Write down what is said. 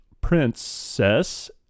princess